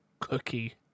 Cookie